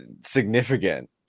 significant